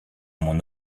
mon